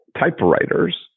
typewriters